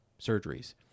surgeries